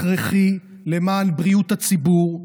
הכרחי למען בריאות הציבור.